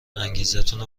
انگیزتونو